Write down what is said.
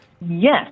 Yes